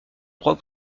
droit